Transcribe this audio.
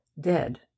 dead